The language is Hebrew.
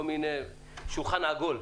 שולחן עגול.